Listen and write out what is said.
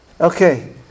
Okay